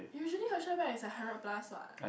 usually Herschel bag is like hundred plus [what]